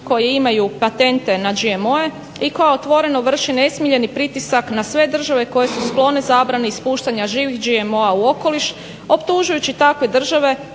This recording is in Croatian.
koje imaju patente na GMO-e i koje otvoreno vrše nesmjeljeni pritisak na sve države koje su sklone zabrani ispuštanja živih GMO-a u okoliš, optužujući takve države